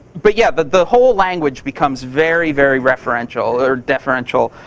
but yeah. but the whole language becomes very, very referential, or deferential.